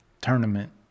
tournament